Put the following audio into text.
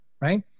right